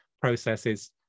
processes